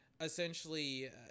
essentially